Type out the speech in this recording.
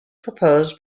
proposed